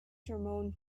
jerome